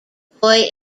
boy